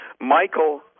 Michael